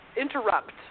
interrupt